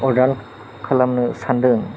order खालामनो सान्दों